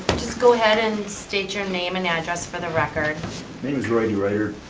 just go ahead and state your name and address for the record. my names roy deruyter,